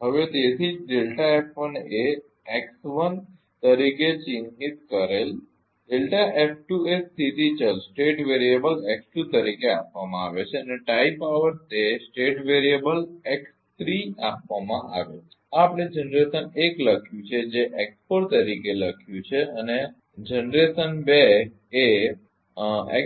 હવે તેથી જ એ x1 તરીકે ચિહ્નિત કરેલ છે એ સ્થિતી ચલ x2 તરીકે આપવામાં આવે છે અને ટાઈ પાવર તે સ્થિતી ચલ x3 આપવામાં આવેલ છે આ આપણે જનરેશન 1 લખ્યું છે જે x4 તરીકે લખ્યું છે અને પે જનરેશન 2 એ